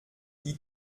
die